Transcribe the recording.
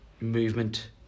movement